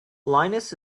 linus